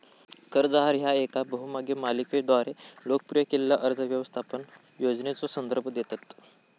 कर्ज आहार ह्या येका बहुभाग मालिकेद्वारा लोकप्रिय केलेल्यो कर्ज व्यवस्थापन योजनेचो संदर्भ देतत